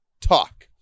talk